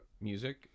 music